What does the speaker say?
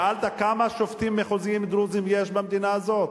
שאלת כמה שופטים מחוזיים דרוזים יש במדינה הזאת?